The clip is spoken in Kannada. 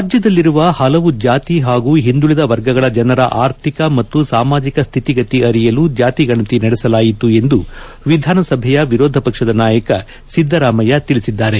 ರಾಜ್ಞದಲ್ಲಿರುವ ಹಲವು ಜಾತಿ ಹಾಗೂ ಹಿಂದುಳಿದ ವರ್ಗಗಳ ಜನರ ಆರ್ಥಿಕ ಮತ್ತು ಸಾಮಾಜಿಕ ಸ್ವಿತಿಗತಿ ಅರಿಯಲು ಜಾತಿ ಗಣತಿ ನಡೆಸಲಾಯಿತು ಎಂದು ವಿಧಾನಸಭೆಯ ವಿರೋಧ ಪಕ್ಷದ ನಾಯಕ ಸಿದ್ದರಾಮಯ್ಯ ತಿಳಿಸಿದ್ದಾರೆ